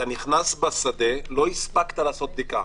אתה נכנס לשדה, לא הספקת לעשות בדיקה.